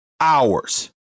hours